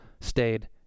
stayed